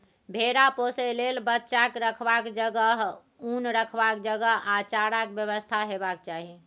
भेरा पोसय लेल बच्चाक रखबाक जगह, उन रखबाक जगह आ चाराक बेबस्था हेबाक चाही